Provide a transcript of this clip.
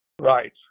Right